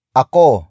ako